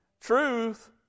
Truth